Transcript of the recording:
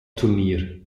turnier